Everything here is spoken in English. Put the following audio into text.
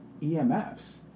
EMFs